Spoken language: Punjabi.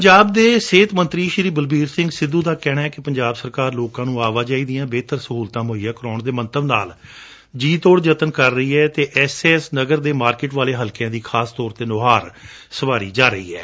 ਪੰਜਾਬ ਦੇ ਸਿਹਤ ਮੰਤਰੀ ਬਲਬੀਰ ਸਿੰਘ ਸਿੱਧੁ ਦਾ ਕਹਿਣੈ ਕਿ ਪੰਜਾਬ ਸਰਕਾਰ ਲੋਕਾਂ ਨੂੰ ਆਵਾਜਾਈ ਦੀਆਂ ਬੇਹਤਰ ਸੇਵਾਵਾਂ ਮੁਹੱਈਆ ਕਰਵਾਉਣ ਦੇ ਮੰਤਵ ਨਾਲ ਜੀ ਤੋੜ ਜਤਨ ਕਰ ਰਹੀ ਹੈ ਅਤੇ ਐਸ ਏ ਐਸ ਨਗਰ ਦੇ ਮਾਰਕੀਟ ਵਾਲੇ ਹਲਕਿਆਂ ਦੀ ਖਾਸ ਤੌਰ ਤੇ ਨੁਹਾਰ ਸੰਵਾਰੀ ਜਾ ਰਹੀ ਏ